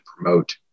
promote